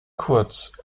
kurz